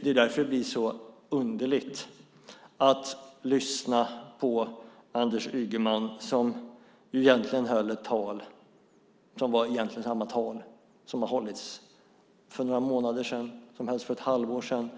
Därför blir det så underligt att här lyssna på Anders Ygeman som höll ett tal som egentligen var samma tal som det som hölls för några månader sedan, för ett halvår sedan,